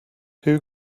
who